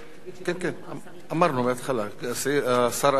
השר ארדן הוריד את ההסתייגות שלו.